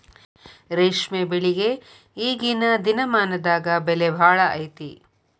ರೇಶ್ಮೆ ಬೆಳಿಗೆ ಈಗೇನ ದಿನಮಾನದಾಗ ಬೆಲೆ ಭಾಳ ಐತಿ